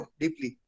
deeply